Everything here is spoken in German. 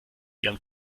ihrem